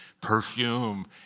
perfume